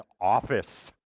office